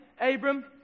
Abram